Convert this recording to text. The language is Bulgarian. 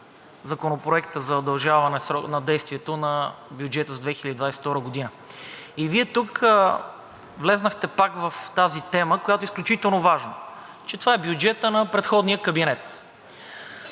за удължаване на действието на бюджета за 2022 г. И Вие тук влязохте пак в тази тема, която е изключително важна – че това е бюджетът на предходния кабинет.